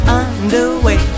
underway